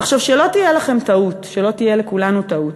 עכשיו, שלא תהיה לכם טעות, שלא תהיה לכולנו טעות: